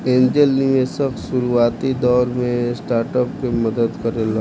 angel निवेशक शुरुआती दौर में स्टार्टअप के मदद करेला